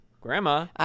Grandma